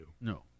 No